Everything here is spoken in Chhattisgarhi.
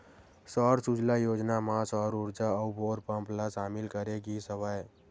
सौर सूजला योजना म सौर उरजा अउ बोर पंप ल सामिल करे गिस हवय